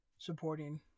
supporting